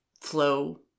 flow